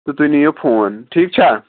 تہٕ تُہۍ new phone ٹھیٖک چھا حظ